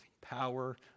power